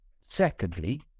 Secondly